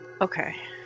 Okay